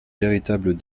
véritables